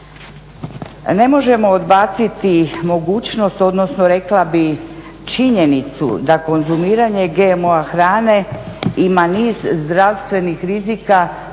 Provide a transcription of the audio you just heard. Ne možemo odbaciti mogućnost, odnosno rekla bih činjenicu da konzumiranje GMO hrane ima niz zdravstvenih rizika